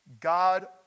God